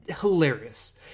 hilarious